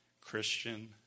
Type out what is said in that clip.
Christian